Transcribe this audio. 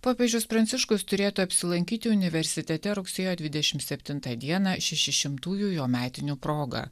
popiežius pranciškus turėtų apsilankyti universitete rugsėjo dvidešim septintą dieną šeši šimtųjų jo metinių proga